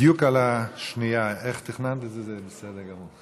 בדיוק על השנייה, איך תכננת את זה, זה בסדר גמור.